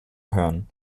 hören